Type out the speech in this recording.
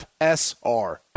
FSR